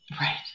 Right